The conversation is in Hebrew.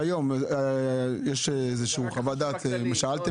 לכן, חשוב לנו שכשאנחנו נותנים